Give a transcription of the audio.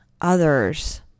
others